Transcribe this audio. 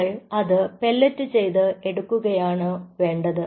നിങ്ങൾ അത് പെല്ലറ്റ് ചെയ്ത് എടുക്കുകയാണ് വേണ്ടത്